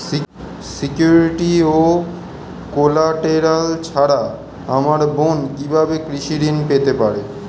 Security ও collateral ছাড়া আমার বোন কিভাবে কৃষি ঋন পেতে পারে?